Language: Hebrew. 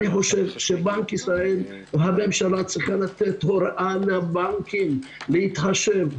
אני חושב שבנק ישראל והממשלה צריכה לתת הוראה לבנקים להתחשב,